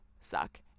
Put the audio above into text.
suck